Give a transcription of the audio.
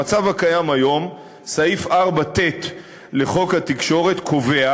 במצב הקיים היום, סעיף 4ט לחוק התקשורת קובע